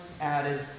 added